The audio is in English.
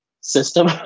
system